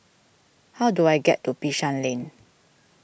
how do I get to Bishan Lane